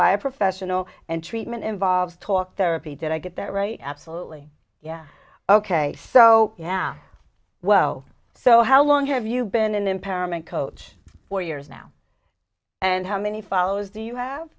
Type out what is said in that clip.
a professional and treatment involves talk therapy did i get that right absolutely yeah ok so yeah well so how long have you been an impairment coach for years now and how many follows do you have